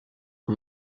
que